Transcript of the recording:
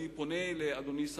אני פונה לאדוני,